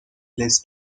les